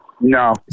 No